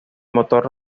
motor